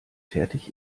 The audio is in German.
fertig